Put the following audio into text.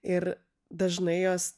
ir dažnai jos